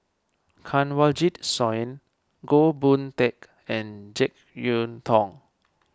Kanwaljit Soin Goh Boon Teck and Jek Yeun Thong